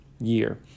Year